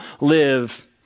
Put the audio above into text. live